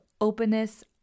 openness